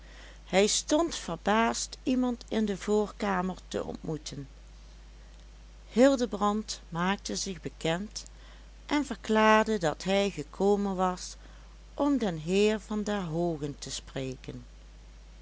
hij stond verbaasd iemand in de voorkamer te ontmoeten hildebrand maakte zich bekend en verklaarde dat hij gekomen was om den heer van der hoogen te spreken